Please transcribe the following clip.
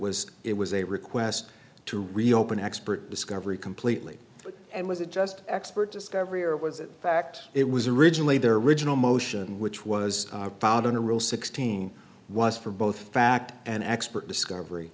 was it was a request to reopen expert discovery completely and was it just expert discovery or was it fact it was originally their original motion which was found in a rule sixteen was for both fact and expert discovery